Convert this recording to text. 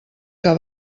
que